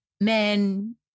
men